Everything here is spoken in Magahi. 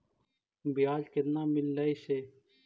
बियाज केतना मिललय से?